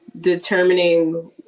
determining